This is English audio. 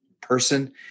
person